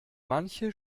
manche